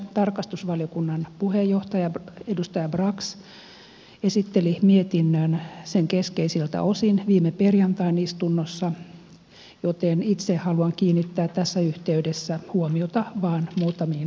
tarkastusvaliokunnan puheenjohtaja edustaja brax esitteli mietinnön sen keskeisiltä osin viime perjantain istunnossa joten itse haluan kiinnittää tässä yhteydessä huomiota vain muutamiin yksityiskohtiin